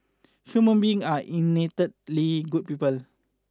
human beings are innately good people